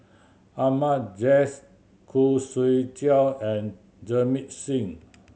Ahmad Jais Khoo Swee Chiow and Jamit Singh